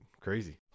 crazy